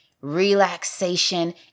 Relaxation